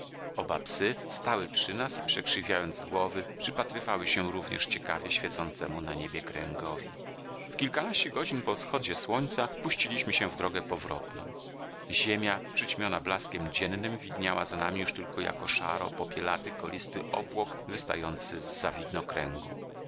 oba psy stały przy nas i przekrzywiając głowy przypatrywały się również ciekawie świecącemu na niebie kręgowi w kilkanaście godzin po wschodzie słońca puściliśmy się w drogę z powrotem ziemia przyćmiona blaskiem dziennym widniała za nami już tylko jako szaro popielaty kolisty obłok wystający z za widnokręgu